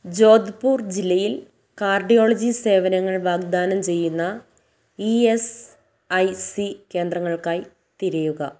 ജോധ്പൂർ ജില്ലയിൽ കാർഡിയോളജി സേവനങ്ങൾ വാഗ്ദാനം ചെയ്യുന്ന ഇ എസ് ഐ സി കേന്ദ്രങ്ങൾക്കായി തിരയുക